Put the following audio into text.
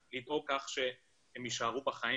אלא לדאוג שהם יישארו בחיים,